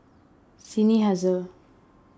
Seinheiser